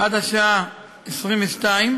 עד השעה 22:00,